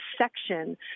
section